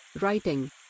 writing